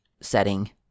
setting